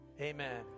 amen